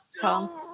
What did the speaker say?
Tom